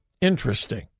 Interesting